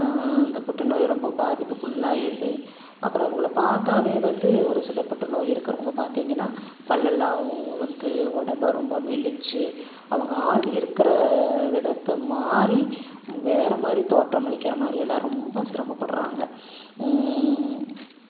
இந்த புற்றுநோய் ரொம்ப பாதிப்புக்குள்ளாயிருது அப்புறம் அவங்களை பார்த்தாவே வந்து ஒரு சில புற்றுநோய் இருக்கிறவங்க பார்த்திங்கன்னா பல்லெல்லாம் விழுந்து உடம்பு ரொம்ப மெலிந்து அவங்க ஆள் இருக்கிற விதத்தை மாதிரி வேற மாதிரி தோற்றம் அளிக்கிற மாதிரி எல்லாம் ரொம்ப சிரமப்படுறாங்க